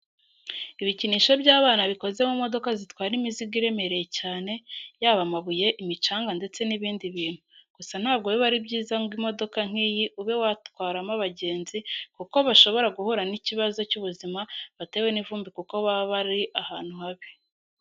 Ibikinisho by'abana bikoze mu modoka zitwara imizigo iremereye cyane, yaba amabuye, imicanga ndetse n'ibindi bintu, gusa ntabwo biba ari byiza ngo imodoka nk'iyi ube watwayemo abagenzi kuko bashobora guhura n'ikibazo cy'ubuzima batewe n'ivumbi kuko baba bari ahantu habi.